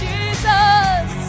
Jesus